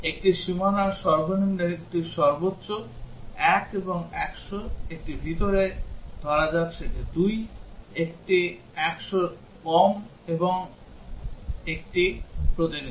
একটি সীমানার সর্বনিম্নে একটি সর্বোচ্চ 1 এবং 100 একটি ভিতরে ধরা যাক সেটি 2 একটি 100 এর অল্প কম এবং একটি প্রতিনিধি